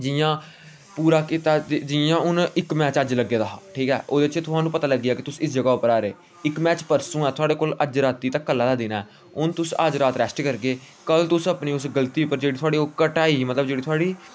जियां पूरा कीता जियां हून इक मैच अज्ज लग्गे दा हा ठीक ऐ ओह्दे च थुआनूं पता लग्गी गेआ कि तुस इस जगह उप्पर हारे इक मैच परसूं ऐ थुआढ़े कोल अज्ज रातीं तकर ते कल्लै दा दिन ऐ हून तुस अज्ज रात रेस्ट करगे कल तुस अपनी उस गल्ती उप्पर जेह्ड़ी थुआढ़ी ओह् घटाई ही जेह्ड़ी थुआढ़ी